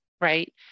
right